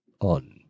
on